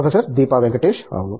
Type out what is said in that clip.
professor Deepa Venkatesh అవును